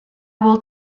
will